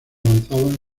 avanzaban